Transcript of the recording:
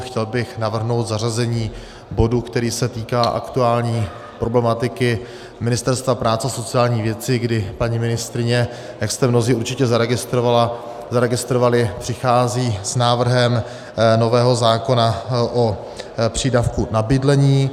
Chtěl bych navrhnout zařazení bodu, který se týká aktuální problematiky Ministerstva práce a sociálních věcí, kdy paní ministryně, jak jste mnozí určitě zaregistrovali, přichází s návrhem nového zákona o přídavku na bydlení.